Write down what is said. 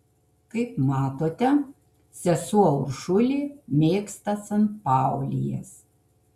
kaip matote sesuo uršulė mėgsta sanpaulijas